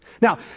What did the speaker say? Now